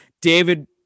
David